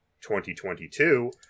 2022